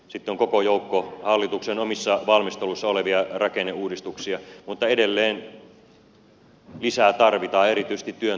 sitten on koko joukko hallituksen omissa valmisteluissa olevia rakenneuudistuksia mutta edelleen lisää tarvitaan erityisesti työn tarjonnan lisäämiseen